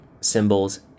symbols